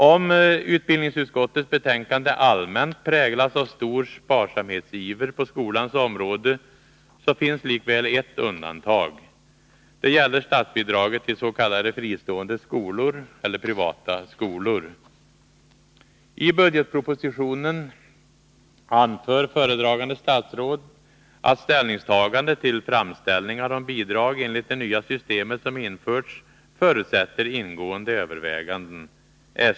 Om utbildningsutskottets betänkande allmänt präglas av stor sparsamhetsiver på skolans område, finns likväl ett undantag. Det gäller statsbidraget till s.k. fristående skolor, eller privata skolor. I budgetpropositionen anför föredragande statsråd att ställningstagande till framställningar om bidrag enligt det nya system som införts förutsätter ingående överväganden.